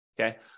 okay